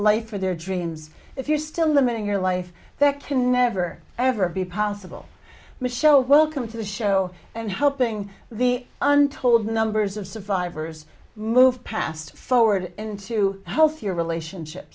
life for their dreams if you're still limiting your life that can never ever be possible to show welcome to the show and helping the untold numbers of survivors move past forward into health your relationship